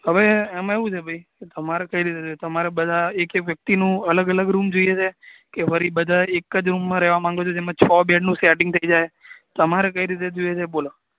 હવે એમાં એવું છે ભાઈ કે તમારે કઈ રીતે છે તમારે બધા એક એક વ્યક્તિનું અલગ અલગ રૂમ જોઈએ છે કે ફરી બધા એક જ રૂમમાં રહેવા માગો છો જેમાં છ બેડનું સેટિંગ થઈ જાય તમારે કઈ રીતે જોઈએ છે બોલો